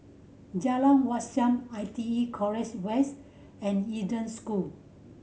Jalan Wat Siam I T E College West and Eden School